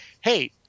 hey